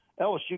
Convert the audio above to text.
LSU